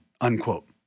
unquote